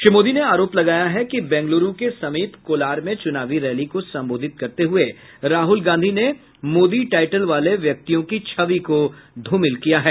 श्री मोदी ने आरोप लगाया है कि बैंग्लूरू के समीप कोलार में चुनावी रैली को संबोधित करते हुए राहुल गांधी ने मोदी टाइटिल वाले व्यक्तियों की छवि को ध्रमिल किया है